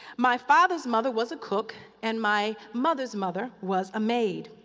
my father's mother was a cook and my mother's mother was a maid.